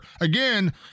again